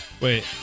Wait